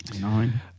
nine